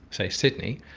say sydney,